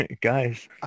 Guys